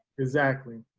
exactly.